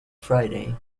friday